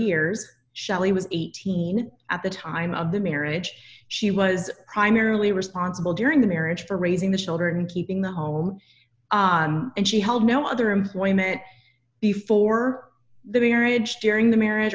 years shelley was eighteen at the time of the marriage she was primarily responsible during the marriage for raising the children and keeping the home and she held no other employment before the marriage during the marriage